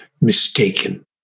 mistaken